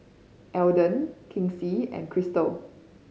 Alden Kinsey and Krystle